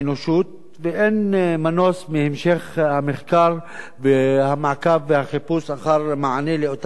ואין מנוס מהמשך המחקר והמעקב והחיפוש אחר מענה לאותן מחלות.